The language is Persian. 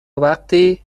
وقتی